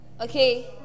Okay